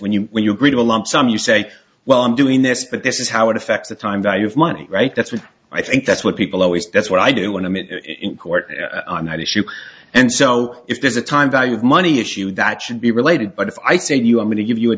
when you when you agree to a lump sum you say well i'm doing this but this is how it affects the time value of money right that's what i think that's what people always that's what i do when i'm in in court on that issue and so if there's a time value of money issue that should be related but if i say to you i'm going to give you a